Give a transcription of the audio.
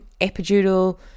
epidural